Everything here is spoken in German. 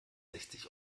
sechzig